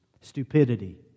stupidity